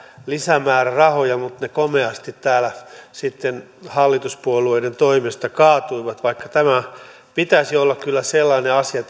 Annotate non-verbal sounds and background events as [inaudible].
lisämäärärahoja mutta ne komeasti täällä sitten hallituspuolueiden toimesta kaatuivat vaikka turvallisuuden pitäisi olla kyllä sellainen asia [unintelligible]